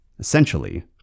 essentially